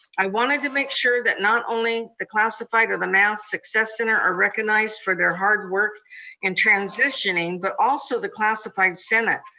i wanted to make sure that not only the classified or the math success center are recognized for their hard work in transitioning, but also the classified senate.